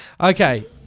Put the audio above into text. Okay